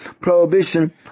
prohibition